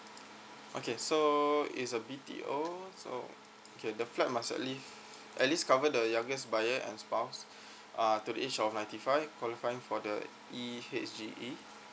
okay so is a B_T_O so okay the flat must at least at least cover the youngest buyer and spouse uh to the age of ninety five qualifying for the E H G E